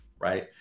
right